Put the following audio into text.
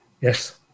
Yes